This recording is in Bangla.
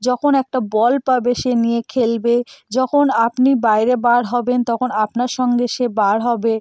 যখন একটা বল পাবে সে নিয়ে খেলবে যখন আপনি বাইরে বার হবেন তখন আপনার সঙ্গে সে বার হবে